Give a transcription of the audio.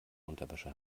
unterwäsche